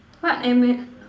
what am~